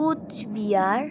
Cooch Behar